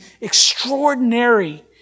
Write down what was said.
extraordinary